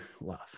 love